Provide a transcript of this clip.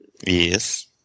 Yes